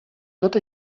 tot